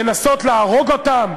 לנסות להרוג אותם?